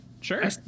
sure